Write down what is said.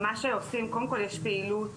מה שעושים קודם כל, יש פעילות